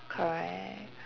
correct